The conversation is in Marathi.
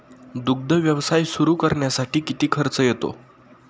दुग्ध व्यवसाय सुरू करण्यासाठी किती खर्च येतो?